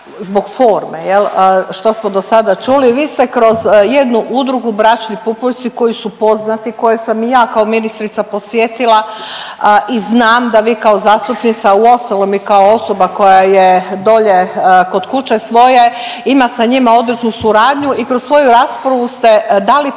zbog forme jel, što smo dosada čuli. Vi ste kroz jednu udrugu „Bračni pupoljci“ koji su poznati, koje sam i ja kao ministrica posjetila i znam da vi kao zastupnica, uostalom i kao osoba koja je dolje kod kuće svoje, ima sa njima odličnu suradnju i kroz svoju raspravu ste dali prikaz